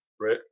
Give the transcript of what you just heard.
right